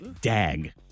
Dag